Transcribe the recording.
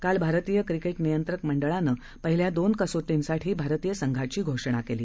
काल भारतीय क्रकेट नियंत्रक मंडळानं पहिल्या दोन कसोटींसाठी भारतीय संघाची घोषणा केली